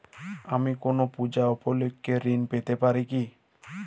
আমি কোনো পূজা উপলক্ষ্যে ঋন পেতে পারি কি?